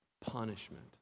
punishment